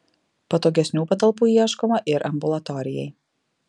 patogesnių patalpų ieškoma ir ambulatorijai